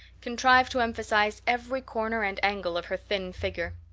contrived to emphasize every corner and angle of her thin figure.